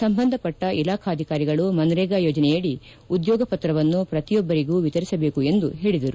ಸಂಬಂಧಪಟ್ಟ ಇಲಾಖಾಧಿಕಾರಿಗಳು ಮನ್ರೇಗಾ ಯೋಜನೆಯದಿ ಉದ್ಯೋಗ ಪತ್ರವನ್ನು ಪ್ರತಿಯೊಬ್ಬರಿಗೂ ವಿತರಿಸಬೇಕು ಎಂದು ಹೇಳಿದರು